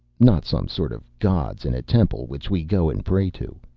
not some sort of gods in a temple which we go and pray to.